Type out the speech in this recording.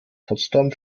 potsdam